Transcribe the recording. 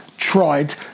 Tried